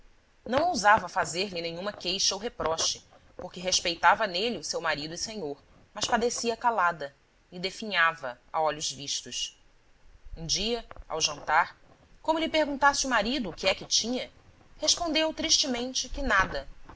não ousava fazer-lhe nenhuma queixa ou reproche porque respeitava nele o seu marido e senhor mas padecia calada e definhava a olhos vistos um dia ao jantar como lhe perguntasse o marido o que é que tinha respondeu tristemente que nada